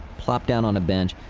plop down on a bench,